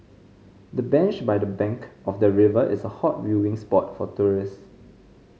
the bench by the bank of the river is a hot viewing spot for tourist